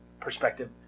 perspective